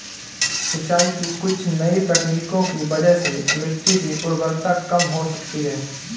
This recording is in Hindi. सिंचाई की कुछ नई तकनीकों की वजह से मिट्टी की उर्वरता कम हो सकती है